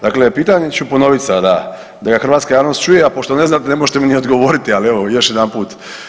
Dakle, pitanje ću ponovit sada da ga hrvatska javnost čuje, a pošto ne znate ne možete mi ni odgovoriti, ali evo još jedanput.